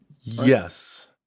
Yes